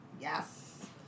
Yes